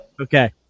Okay